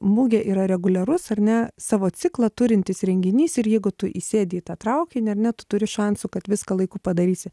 mugė yra reguliarus ar ne savo ciklą turintis renginys ir jeigu tu įsėdi į tą traukinį ar ne tu turi šansų kad viską laiku padarysi